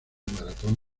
maratón